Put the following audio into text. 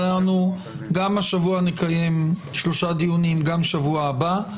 אבל גם השבוע נקיים שלושה דיונים וגם בשבוע הבא.